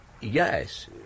Yes